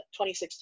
2016